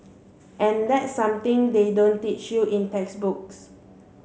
and that's something they don't teach you in textbooks